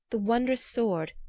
the wondrous sword,